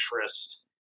interest